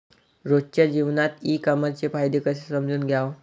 रोजच्या जीवनात ई कामर्सचे फायदे कसे समजून घ्याव?